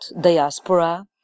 Diaspora